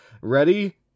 Ready